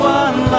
one